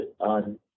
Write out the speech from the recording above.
on